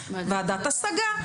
ועדת הסגה.